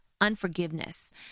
unforgiveness